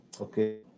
Okay